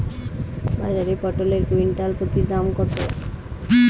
বাজারে পটল এর কুইন্টাল প্রতি দাম কত?